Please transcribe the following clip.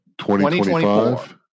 2025